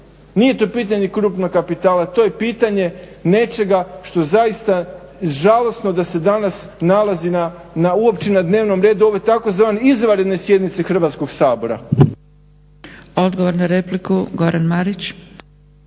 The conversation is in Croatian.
Nije to pitanje krupnog kapitala? To je pitanje nečega što zaista žalosno da se danas nalazi na uopće na dnevnom redu ove tzv. izvanredne sjednice Hrvatskog sabora.